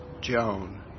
Joan